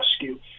rescue